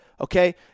Okay